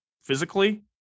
physically